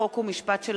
חוק ומשפט.